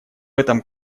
этом